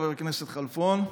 חבר הכנסת כלפון.